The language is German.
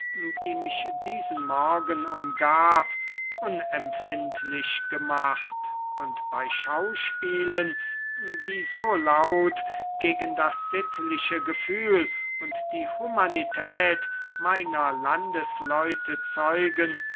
die mich diesen morgen umgab unempfindlich gemacht und bey schauspielen die so laut gegen das sittliche gefühl und die humanität meiner landesleute zeugen